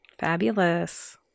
Fabulous